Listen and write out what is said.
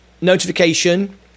notification